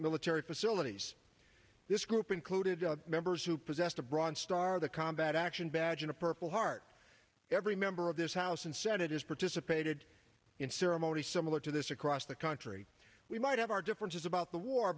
military facilities this group included members who possessed a bronze star that action badge and a purple heart every member of this house and senate has participated in ceremony similar to this across the country we might have our differences about the war